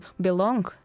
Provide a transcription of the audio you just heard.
belong